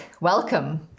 welcome